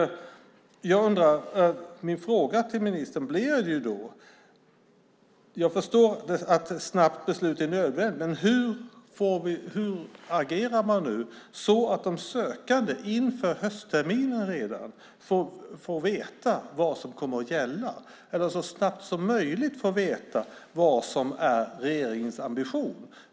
Min fråga till ministern blir då: Jag förstår att ett snabbt beslut är nödvändigt, men hur agerar man nu så att de sökande inför höstterminen redan får veta vad som kommer att gälla eller så snabbt som möjligt får veta vad som är regeringens ambition?